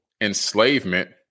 enslavement